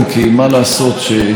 היא ארצו של העם היהודי.